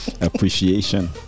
Appreciation